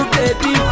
baby